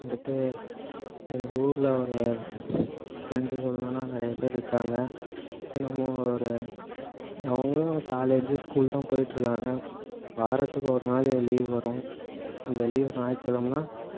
வந்துட்டு எங்கள் ஊரில் ஒரு ஃபிரெண்ட்ஸை சொல்லணும்னா நிறையா பேர் இருக்காங்க தினமும் ஒரு அவங்களும் காலேஜு ஸ்கூல் தான் போயிகிட்டுருக்காங்க வாரத்துக்கு ஒரு நாள் லீவு வரும் அந்த லீவு ஞாயித்துக்கிழமைனா